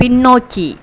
பின்னோக்கி